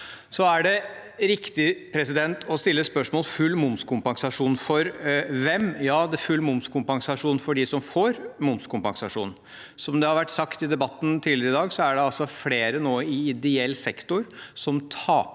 Så er det riktig å stille spørsmålet: Full momskompensasjon for hvem? Ja, det er full momskompensasjon for dem som får momskompensasjon. Som det har vært sagt i debatten tidligere i dag, er det flere nå i ideell sektor som taper,